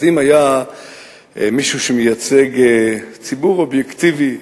אז אם מישהו שמייצג ציבור אובייקטיבי,